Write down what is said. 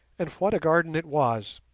and what a garden it was!